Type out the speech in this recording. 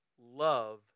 love